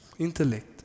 intellect